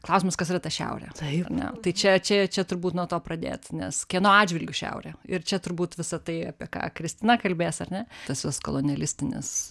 klausimas kas yra ta šiaurė tai ne tai čia čia čia turbūt nuo to pradėt nes kieno atžvilgiu šiaurė ir čia turbūt visa tai apie ką kristina kalbės ar ne tas jos kolonialistinis